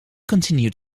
continued